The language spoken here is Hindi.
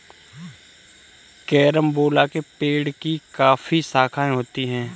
कैरमबोला के पेड़ की काफी शाखाएं होती है